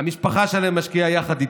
והמשפחה שלהם משקיעה יחד איתם,